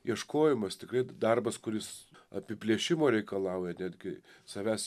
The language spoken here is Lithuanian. ieškojimas tikrai darbas kuris apiplėšimo reikalauja netgi savęs